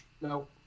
no